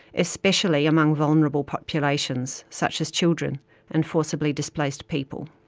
especially among vulnerable populations, such as children and forcibly displaced people.